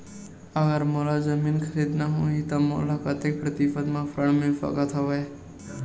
अगर मोला जमीन खरीदना होही त मोला कतेक प्रतिशत म ऋण मिल सकत हवय?